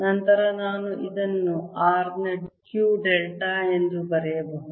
ನಂತರ ನಾನು ಇದನ್ನು r ನ Q ಡೆಲ್ಟಾ ಎಂದು ಬರೆಯಬಹುದು